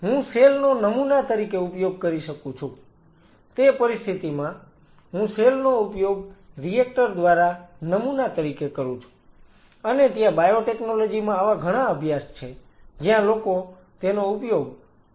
હું સેલ નો નમૂના તરીકે ઉપયોગ કરી શકું છું તે પરિસ્થિતિમાં હું સેલ નો ઉપયોગ રિએક્ટર દ્વારા નમૂના તરીકે કરું છું અને ત્યાં બાયોટેકનોલોજી માં આવા ઘણા અભ્યાસ છે જ્યાં લોકો તેનો ઉપયોગ બાયોરિએક્ટર તરીકે કરે છે